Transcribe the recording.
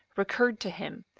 recurred to him,